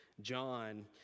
John